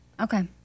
Okay